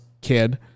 kid